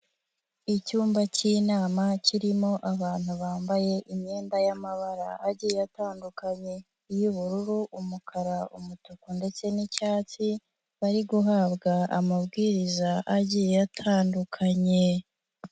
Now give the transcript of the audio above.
Icyumba k'inama kirimo abantu bambaye imyenda y'amabara agiye atandukanye, iy'ubururu, umukara, umutuku ndetse n'icyatsi, bari guhabwa amabwiriza agiye atandukanye.